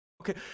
Okay